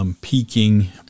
peaking